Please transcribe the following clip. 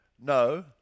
No